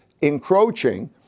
encroaching